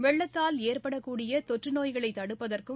வெள்ளத்தால் ஏற்படக்கூடிய தொற்றுநோய்களை தடுப்பதற்கும்